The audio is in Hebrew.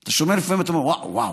אתה שומע לפעמים ואומר: וואו,